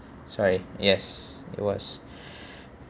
so I yes it was